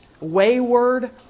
wayward